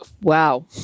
wow